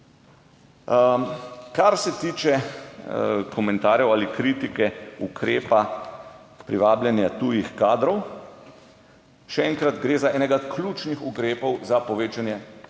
Kar se tiče komentarjev ali kritike ukrepa privabljanja tujih kadrov. Še enkrat, gre za enega ključnih ukrepov za povečanje